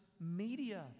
media